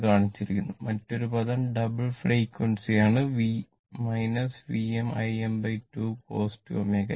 ഇത് കാണിച്ചിരിക്കുന്നു മറ്റൊരു പദം ഡബിൾ ഫ്രേക്യുഎൻസി ആണ് Vm Im2 cos 2 ω t